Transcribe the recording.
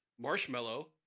marshmallow